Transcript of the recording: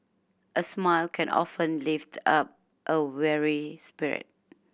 a smile can often lift up a weary spirit